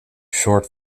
short